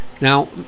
Now